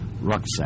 Rucksack